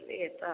लिअ तऽ